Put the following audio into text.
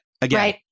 again